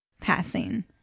passing